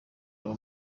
haba